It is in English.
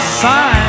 sign